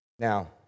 Now